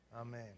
Amen